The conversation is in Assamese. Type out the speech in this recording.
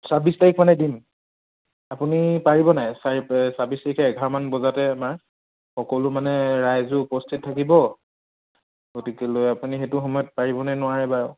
ছাব্বিছ তাৰিখ মানে দিম আপুনি পাৰিব নাই চা ছাব্বিছ তাৰিখে এঘাৰমান বজাতে আমাৰ সকলো মানে ৰাইজো উপস্থিত থাকিব গতিকে লৈ আপুনি সেইটো সময়ত পাৰিবনে নোৱাৰে বাৰু